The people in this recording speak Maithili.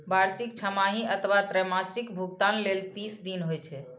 वार्षिक, छमाही अथवा त्रैमासिक भुगतान लेल तीस दिन होइ छै